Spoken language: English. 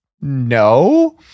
no